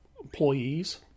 employees